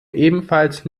ebenfalls